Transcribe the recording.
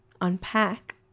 unpack